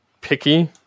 picky